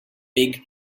big